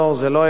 זה לא ילך,